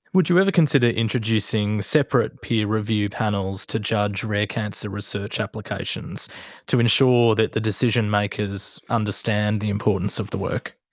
would you ever consider introducing separate peer review panels to judge rare cancer research applications to ensure that the decision-makers understand the importance of the work?